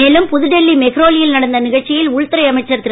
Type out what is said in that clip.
மேலும் புதுடில்லிமெஹ்ரோலி யில்நடந்தநிகழ்ச்சியில்உள்துறைஅமைச்சர்திரு